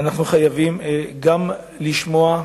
אנחנו חייבים גם לשמוע,